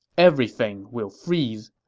everything will freeze.